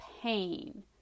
pain